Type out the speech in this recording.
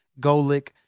Golick